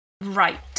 right